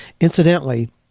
incidentally